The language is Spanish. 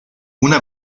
una